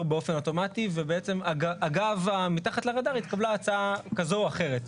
באופן אוטומטי ובעצם אגב מתחת לרדאר התקבלה הצעה כזו או אחרת.